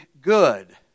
good